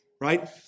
Right